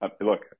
Look